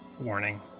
warning